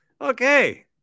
Okay